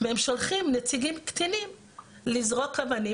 והם שולחים נציגים קטינים לזרוק אבנים